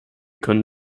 können